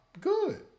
Good